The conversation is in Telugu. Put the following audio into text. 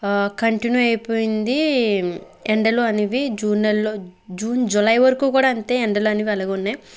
కంటిన్యూ అయిపోయింది ఎండలు అనేవి జూన్ నెలలో జూన్ జూలై వరకు కూడా అంతే ఎండలు అనేవి అలాగే ఉన్నాయి